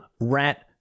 rat